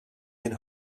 and